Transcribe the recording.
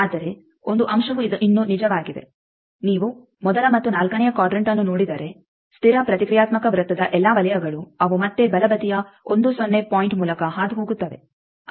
ಆದರೆ ಒಂದು ಅಂಶವೂ ಇನ್ನೂ ನಿಜವಾಗಿದೆ ನೀವು ಮೊದಲ ಮತ್ತು ನಾಲ್ಕನೆಯ ಕ್ವಾಡ್ರಂಟ್ಅನ್ನು ನೋಡಿದರೆ ಸ್ಥಿರ ಪ್ರತಿಕ್ರಿಯಾತ್ಮಕ ವೃತ್ತದ ಎಲ್ಲಾ ವಲಯಗಳು ಅವು ಮತ್ತೆ ಬಲಬದಿಯ 1 0 ಪಾಯಿಂಟ್ ಮೂಲಕ ಹಾದುಹೋಗುತ್ತವೆ